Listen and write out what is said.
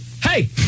Hey